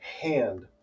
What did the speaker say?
hand